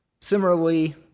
Similarly